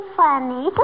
funny